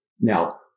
Now